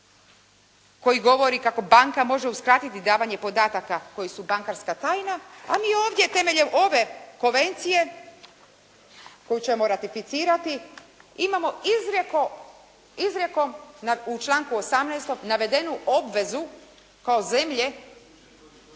koji govori kako banka može uskratiti davanje podataka koji su bankarska tajna, a mi ovdje temeljem ove konvencije koju ćemo ratificirati imamo izrijekom u članku 18. navedenu obvezu kao zemlje